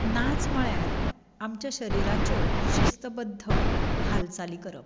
नाच म्हणल्यार आमच्या शरिराच्यो शिस्तबद्ध हालचाली करप